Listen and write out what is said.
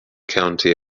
county